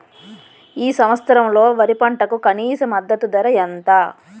ఈ సంవత్సరంలో వరి పంటకు కనీస మద్దతు ధర ఎంత?